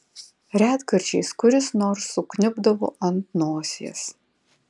retkarčiais kuris nors sukniubdavo ant nosies